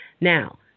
Now